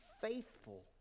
faithful